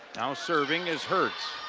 now serving is hertz